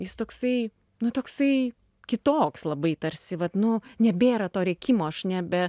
jis toksai nu toksai kitoks labai tarsi vat nu nebėra to rėkimo aš nebe